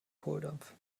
kohldampf